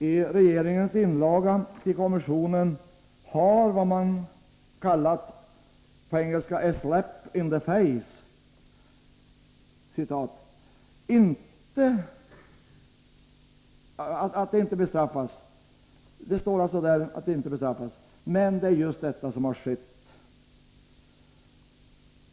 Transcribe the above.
I regeringens inlaga till kommissionen sägs att vad som kallas ”a slap in the face” inte lett till någon straffpåföljd, men just detta har ju skett.